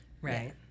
Right